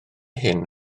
hyn